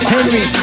Henry